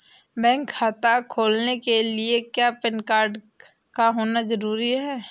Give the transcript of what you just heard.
Bank खाता खोलने के लिए क्या पैन कार्ड का होना ज़रूरी है?